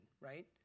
right